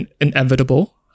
inevitable